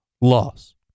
loss